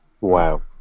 wow